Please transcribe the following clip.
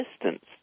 distance